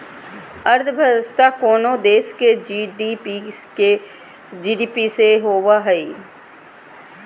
अर्थव्यवस्था कोनो देश के जी.डी.पी से होवो हइ